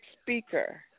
speaker